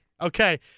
okay